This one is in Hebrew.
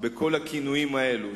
בכל הכינויים האלה.